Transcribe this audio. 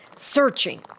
Searching